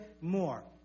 more